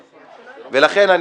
ולכן,